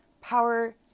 power